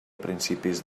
principis